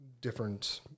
different